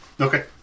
Okay